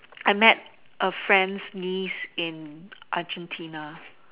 I meet a friend's niece in Argentina